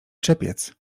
czepiec